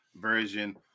version